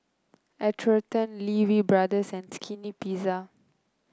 Atherton Lee Wee Brothers and Skinny Pizza